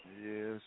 Yes